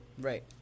right